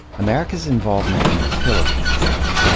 america's involvement in the philippines, though,